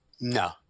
No